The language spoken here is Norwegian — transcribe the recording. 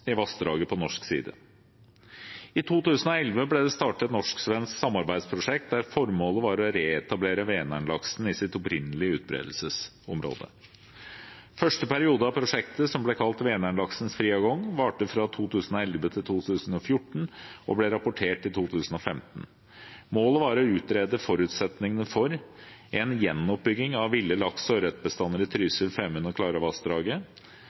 vassdraget på norsk side. I 2011 ble det startet et norsk-svensk samarbeidsprosjekt, der formålet var å reetablere Vänern-laksen i sitt opprinnelige utbredelsesområde. Første periode av prosjektet, som ble kalt «Vänernlaksens fria gång», varte fra 2011 til 2014 og ble rapportert i 2015. Målet var å utrede forutsetningene for en gjenoppbygging av ville lakse- og ørretbestander i Trysil- og